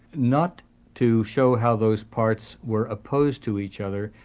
not to show how those parts were opposed to each other,